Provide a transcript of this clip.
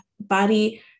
body